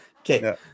Okay